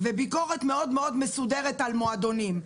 וביקורת מאוד מאוד מסודרת על מועדונים,